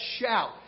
shout